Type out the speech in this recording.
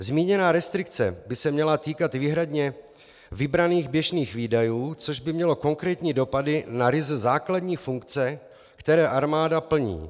Zmíněná restrikce by se měla týkat výhradně vybraných běžných výdajů, což by mělo konkrétní dopady na ryze základní funkce, které armáda plní.